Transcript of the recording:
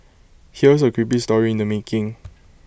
here's A creepy story in the making